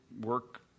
work